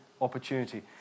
opportunity